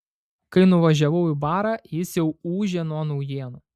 kai nuvažiavau į barą jis jau ūžė nuo naujienų